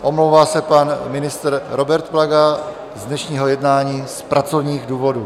Omlouvá se pan ministr Robert Plaga dnešního jednání z pracovních důvodů.